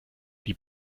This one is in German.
die